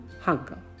hunger